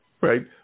Right